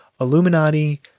Illuminati